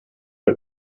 der